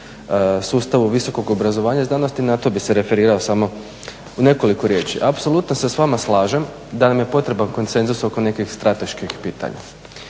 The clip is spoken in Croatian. sustavu visokog obrazovanja i znanosti, na to bih se referirao samo u nekoliko riječi. Apsolutno se s vama slažem da nam je potreban konsenzus oko nekih strateških pitanja.